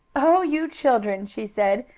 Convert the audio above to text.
oh, you children! she said,